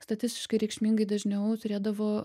statistiškai reikšmingai dažniau turėdavo